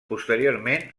posteriorment